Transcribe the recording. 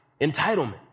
entitlement